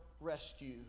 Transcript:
rescue